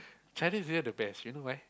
Chinese New Year the best you know why